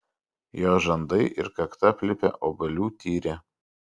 jos žandai ir kakta aplipę obuolių tyre